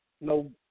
no